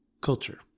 culture